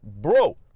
bro